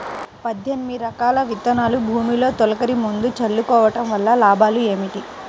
పద్దెనిమిది రకాల విత్తనాలు భూమిలో తొలకరి ముందుగా చల్లుకోవటం వలన లాభాలు ఏమిటి?